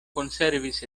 konservis